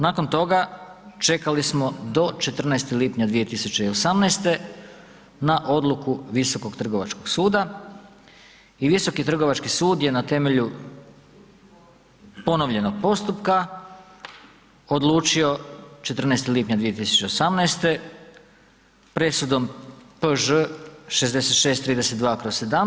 Nakon toga čekali smo do 14. lipnja 2018. na odluku Visokog trgovačkog suda i Visoki trgovački sud je na temelju ponovljenog postupka odlučio 14. lipnja 2018. presudom Pž-6632/